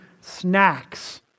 snacks